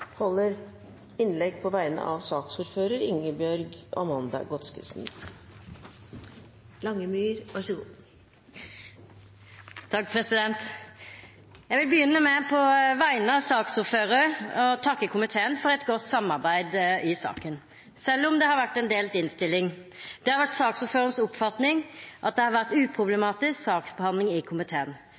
holder innlegg på vegne av saksordfører Ingebjørg Amanda Godskesen. Jeg vil begynne med på vegne av saksordføreren å takke komiteen for et godt samarbeid i saken, selv om det har vært en delt innstilling. Det har vært saksordførerens oppfatning at det har vært en uproblematisk saksbehandling i komiteen.